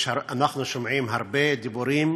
אנחנו שומעים הרבה דיבורים,